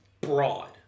broad